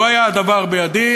לו היה הדבר בידי,